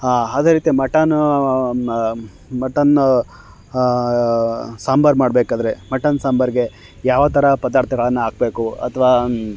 ಹಾಂ ಅದೇ ರೀತಿ ಮಟನೂ ಮಟನ್ ಸಾಂಬಾರು ಮಾಡಬೇಕಾದ್ರೆ ಮಟನ್ ಸಾಂಬಾರಿಗೆ ಯಾವ ಥರ ಪದಾರ್ಥಗಳನ್ನು ಹಾಕ್ಬೇಕು ಅಥ್ವಾ